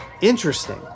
interesting